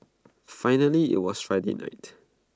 finally IT was Friday night